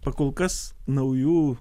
pakolkas naujų